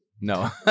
No